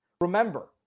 Remember